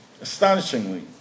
astonishingly